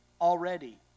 already